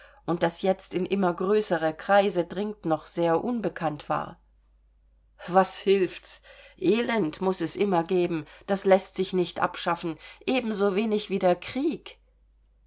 und das jetzt in immer größere kreise dringt noch sehr unbekannt war was hilft's elend muß es immer geben das läßt sich nicht abschaffen ebensowenig wie der krieg